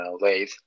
lathe